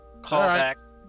Callback